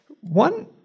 One